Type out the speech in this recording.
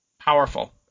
powerful